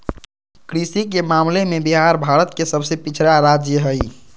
कृषि के मामले में बिहार भारत के सबसे पिछड़ा राज्य हई